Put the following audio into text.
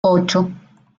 ocho